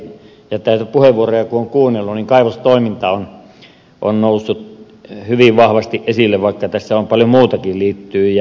näitä puheenvuoroja kun on kuunnellut niin kaivostoiminta on noussut hyvin vahvasti esille vaikka tähän paljon muutakin liittyy